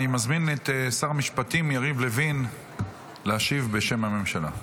אני מזמין את שר המשפטים יריב לוין להשיב בשם הממשלה.